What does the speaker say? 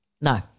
No